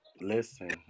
Listen